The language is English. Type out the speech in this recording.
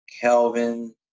Kelvin